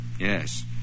Yes